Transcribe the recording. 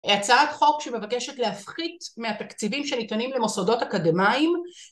הצעת חוק שמבקשת להפחית מהתקציבים שניתנים למוסדות אקדמיים